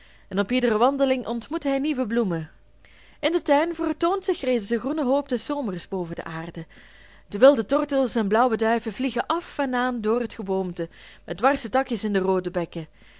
en op iedere wandeling ontmoet hij nieuwe bloemen in den tuin vertoont zich reeds de groene hoop des zomers boven de aarde de wilde tortels en blauwe duiven vliegen af en aan door het geboomte met dwarse takjes in de roode bekken